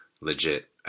legit